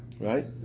Right